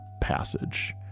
passage